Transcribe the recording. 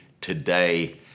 today